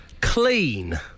Clean